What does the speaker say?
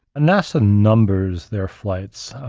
nasa numbers their flights,